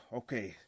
okay